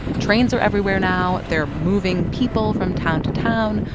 trains are everywhere now. they're moving people from town to town,